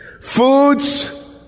Foods